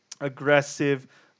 aggressive